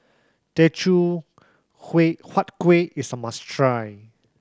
Teochew Huat Kueh is a must try